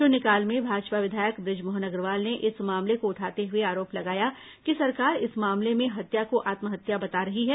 शून्यकाल में भाजपा विधायक ब्रजमोहन अग्रवाल ने इस मामले को उठाते हुए आरोप लगाया कि सरकार इस मामले में हत्या को आत्महत्या बता रही है